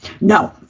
No